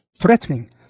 threatening